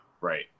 right